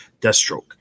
Deathstroke